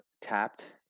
tapped